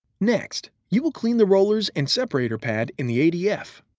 next you will clean the rollers and separator pad in the adf.